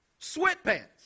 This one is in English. sweatpants